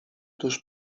tuż